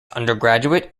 undergraduate